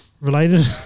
related